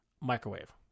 microwave